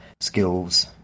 skills